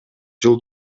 жыл